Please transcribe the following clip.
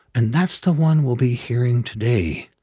and that's the one we'll be hearing today,